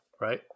Right